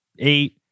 eight